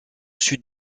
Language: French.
sud